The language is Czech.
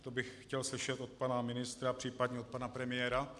To bych chtěl slyšet od pana ministra, příp. od pana premiéra.